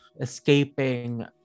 Escaping